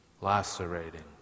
lacerating